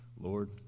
Lord